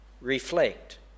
reflect